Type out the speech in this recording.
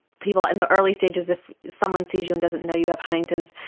people in the early stages, if someone sees you and doesn't know you have huntington's,